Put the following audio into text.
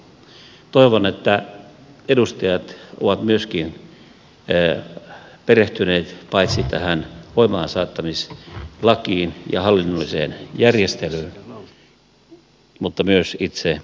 toivon että edustajat ovat myöskin perehtyneet paitsi tähän voimaansaattamislakiin ja hallinnolliseen järjestelyyn myös itse sopimukseen